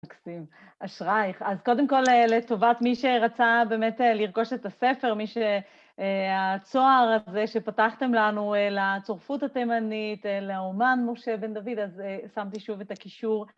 מקסים, אשרייך. אז קודם כל לטובת מי שרצה באמת לרכוש את הספר, מי שהצוהר הזה שפתחתם לנו לצורפות התימנית, לאמן משה בן דוד, אז שמתי שוב את הקישור.